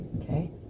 Okay